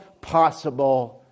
possible